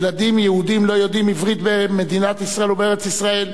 ילדים יהודים לא יודעים ערבית במדינת ישראל ובארץ-ישראל.